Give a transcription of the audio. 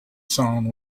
sound